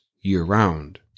year-round